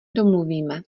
domluvíme